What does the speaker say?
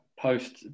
post